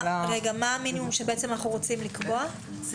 מה המינימום שאנחנו רוצים לקבוע?